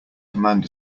command